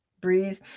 Breathe